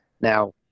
Now